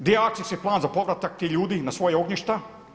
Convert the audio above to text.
Di je akcijski plan za povratak tih ljudi na svoja ognjišta.